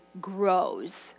grows